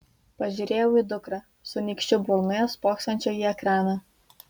pažiūrėjau į dukrą su nykščiu burnoje spoksančią į ekraną